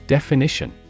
Definition